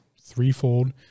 threefold